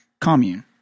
commune